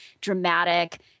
dramatic